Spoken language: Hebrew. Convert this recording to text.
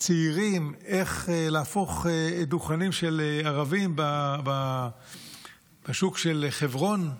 צעירים איך להפוך דוכנים של ערבים בשוק של חברון?